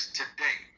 today